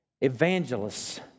evangelists